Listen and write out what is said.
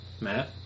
Matt